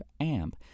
AMP